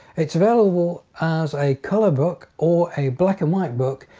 it's available as a color book or a black-and-white book.